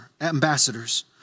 ambassadors